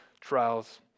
trials